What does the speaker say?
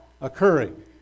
occurring